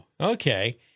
Okay